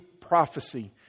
prophecy